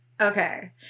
Okay